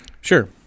Sure